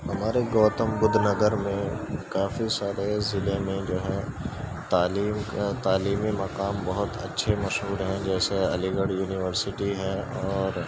ہمارے گوتم بدھ نگر میں کافی سارے ضلعے میں جو ہے تعلیم کا تعلیمی مقام بہت اچھے مشہور ہیں جیسے علی گڑھ یونیورسٹی ہے اور